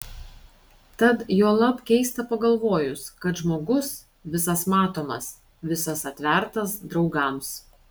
tad juolab keista pagalvojus kad žmogus visas matomas visas atvertas draugams